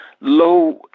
low